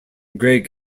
gregg